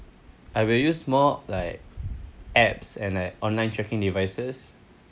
I will use more like apps and like online tracking devices